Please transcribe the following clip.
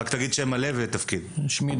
שלום לכולם,